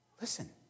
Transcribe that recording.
Listen